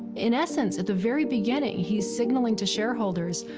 in essence, at the very beginning, he's signaling to shareholders,